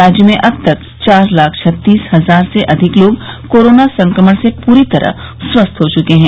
राज्य में अब तक चार लाख छत्तीस हजार से अधिक लोग कोरोना संक्रमण से पूरी तरह स्वस्थ हो चुके हैं